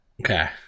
Okay